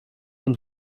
und